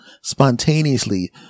spontaneously